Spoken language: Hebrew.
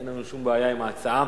אין לנו שום בעיה עם ההצעה.